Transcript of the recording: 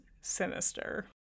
Sinister